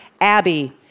Abby